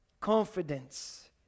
confidence